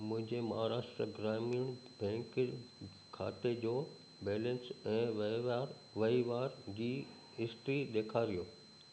मुंहिंजे महाराष्ट्र ग्रामीण बैंक खाते जो बैलेंस ऐं वहराव वहिंवार जी हिस्ट्री ॾेखारियो